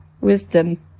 wisdom